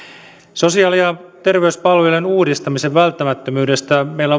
sosiaali ja terveyspalveluiden uudistamisen välttämättömyydestä meillä